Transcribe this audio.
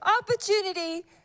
opportunity